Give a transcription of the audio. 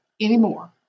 anymore